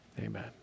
Amen